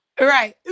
Right